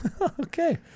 Okay